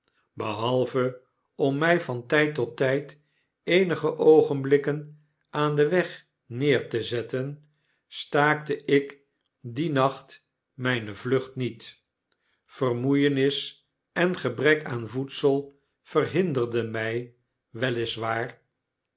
behalve om mij van tyd tot tyd eenige oogenblikken aan den weg neer te zetten staakte ik dien nacht mijne vlucht niet vermoeienis en gebrek aan voedsel verhinderden my wel is waar